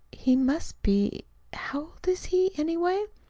he must be how old is he, anyway?